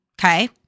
okay